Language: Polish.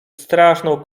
straszną